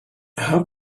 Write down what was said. how